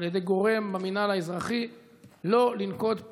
אוסאמה סעדי (הרשימה המשותפת): התנחלויות,